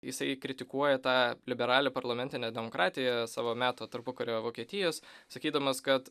jisai kritikuoja tą liberalią parlamentinę demokratiją savo meto tarpukario vokietijos sakydamas kad